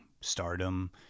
stardom